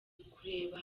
kurebera